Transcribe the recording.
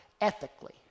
ethically